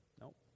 Nope